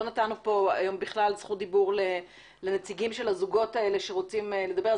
לא נתתי היום בכלל זכות דיבור לנציגים של הזוגות שרוצים לדבר.